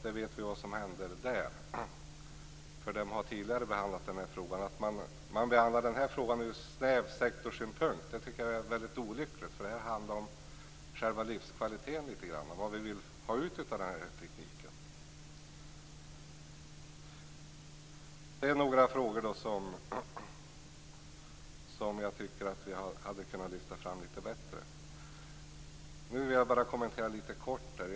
Eftersom man där tidigare har behandlat den här frågan vet vi vad som händer: Man behandlar den ur snäv sektorssynpunkt. Det tycker jag är väldigt olyckligt, för det här handlar litet grand om själva livskvaliteten och vad vi vill ha ut av den här tekniken. Det är några frågor som jag tycker att vi hade kunnat lyfta fram litet bättre. Sedan vill jag bara litet kort kommentera ett par av anförandena.